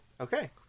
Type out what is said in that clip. Okay